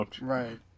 Right